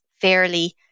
fairly